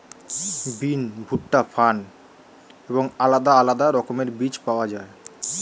বিন, ভুট্টা, ফার্ন এবং আলাদা আলাদা রকমের বীজ পাওয়া যায়